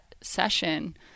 session